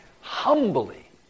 humbly